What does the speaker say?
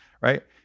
right